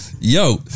Yo